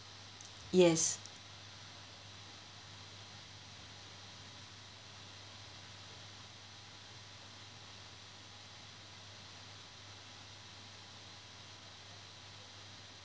yes